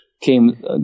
came